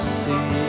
see